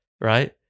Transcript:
right